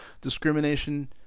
discrimination